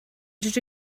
rydw